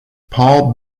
paul